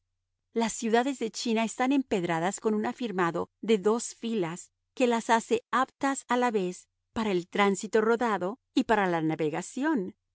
las ciudades de china están empedradas con un afirmado de dos filas que las hace aptas a la vez para el tránsito rodado y para la navegación